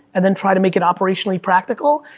and then try to make it operationally practical?